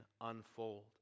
unfold